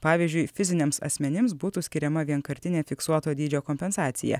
pavyzdžiui fiziniams asmenims būtų skiriama vienkartinė fiksuoto dydžio kompensacija